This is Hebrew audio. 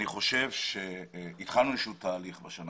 בשנה